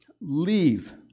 Leave